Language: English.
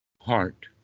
heart